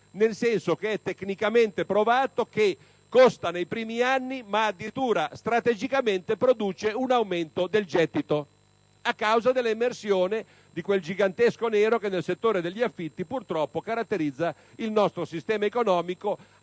nel senso che è tecnicamente provato che costa nei primi anni, ma che addirittura strategicamente produce un aumento del gettito a causa dell'emersione di quel gigantesco nero che nel settore degli affitti caratterizza il nostro sistema economico,